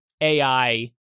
AI